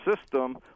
system